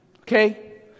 Okay